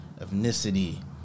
ethnicity